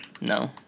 No